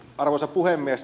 arvoisa puhemies